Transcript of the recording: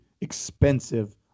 expensive